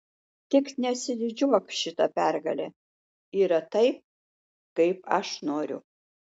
tik nesididžiuok šita pergale yra taip kaip aš noriu